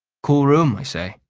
cool room, i say.